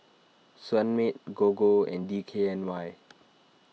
Sunmaid Gogo and D K N Y